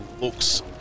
looks